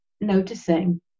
noticing